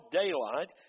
daylight